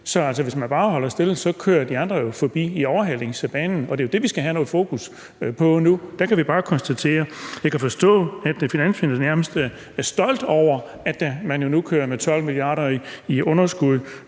så hvis man bare holder stille, kører de andre jo forbi i overhalingsbanen, og det er det, vi skal have noget fokus på nu. Jeg kan forstå, at finansministeren nærmest er stolt over, at man nu kører med 12 mia. kr. i underskud